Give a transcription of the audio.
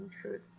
truth